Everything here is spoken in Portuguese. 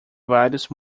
vários